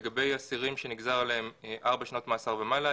לגבי אסירים שנגזרו עליהם ארבע שנות מאסר ומעלה,